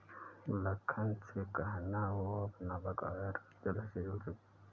लखन से कहना, वो अपना बकाया ऋण जल्द से जल्द चुका दे